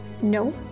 No